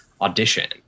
audition